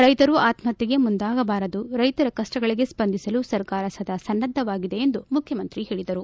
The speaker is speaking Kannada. ರೈತರು ಆತ್ಮಹತ್ಯೆಗೆ ಮುಂದಾಗಬಾರದು ರೈತರ ಕಷ್ಟಗಳಿಗೆ ಸ್ಪಂದಿಸಲು ಸರ್ಕಾರ ಸದಾ ಸನ್ನದ್ದವಾಗಿದೆ ಎಂದು ಮುಖ್ಲಮಂತ್ರಿ ಹೇಳಿದರು